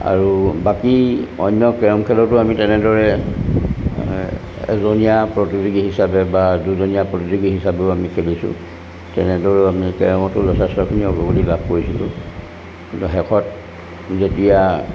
আৰু বাকী অন্য কেৰম খেলতো আমি তেনেদৰে এজনীয়া প্ৰতিযোগী হিচাপে বা দুজনীয়া প্ৰতিযোগী হিচাপেও আমি খেলিছোঁ তেনেদৰেও আমি কেৰমতো যথেষ্টখিনি অগ্ৰগতি লাভ কৰিছিলোঁ কিন্তু শেষত যেতিয়া